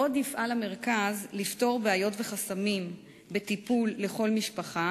הזאת מתוקצבת באמצעות תקציב מיוחד שהועבר למשרד השיכון,